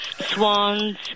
Swans